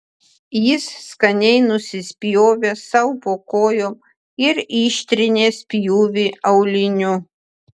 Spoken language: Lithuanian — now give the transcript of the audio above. jis skaniai nusispjovė sau po kojom ir ištrynė spjūvį auliniu